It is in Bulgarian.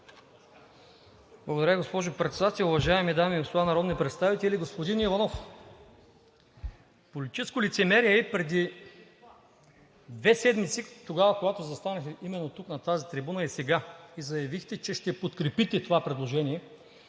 Благодаря, госпожо Председател. Уважаеми дами и господа народни представители! Господин Иванов, политическо лицемерие е преди две седмици – тогава, когато застанахте именно тук на тази трибуна, и сега, и заявихте, че ще подкрепите това предложение